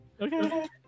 Okay